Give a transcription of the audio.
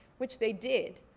which they did.